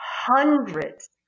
hundreds